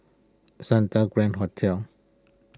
Santa Grand Hotel